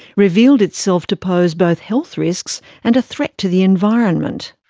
revealed itself to pose both health risks and a threat to the environment.